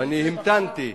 ואני המתנתי,